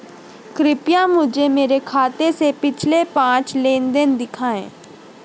कृपया मुझे मेरे खाते से पिछले पांच लेनदेन दिखाएं